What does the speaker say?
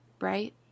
right